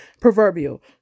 Proverbial